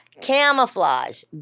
camouflage